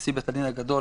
נשיא בית-הדין הגדול,